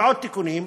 ועוד תיקונים,